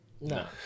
No